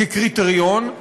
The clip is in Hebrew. כקריטריון,